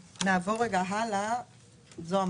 אני רוצה